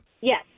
Yes